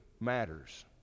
matters